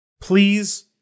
Please